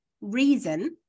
reason